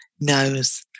knows